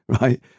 right